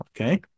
Okay